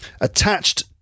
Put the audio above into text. attached